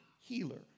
healer